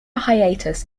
hiatus